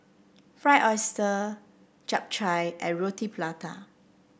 Fried Oyster Chap Chai and Roti Prata